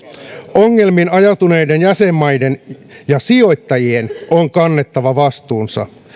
ongelmiin ajautuneiden jäsenmaiden ja sijoittajien on kannettava vastuunsa